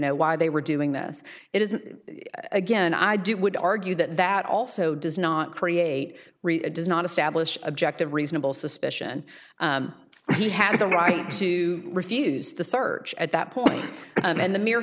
know why they were doing this it isn't again i do it would argue that that also does not create rita does not establish objective reasonable suspicion that he had the right to refuse the search at that point and the mere